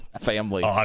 family